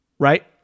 Right